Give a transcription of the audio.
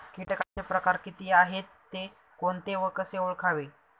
किटकांचे प्रकार किती आहेत, ते कोणते व कसे ओळखावे?